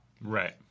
right